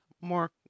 more